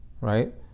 right